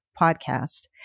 podcast